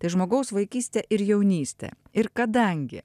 tai žmogaus vaikystė ir jaunystė ir kadangi